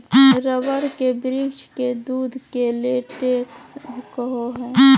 rubber के वृक्ष के दूध के लेटेक्स कहो हइ